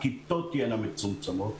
הכיתות תהיינה מצומצמות,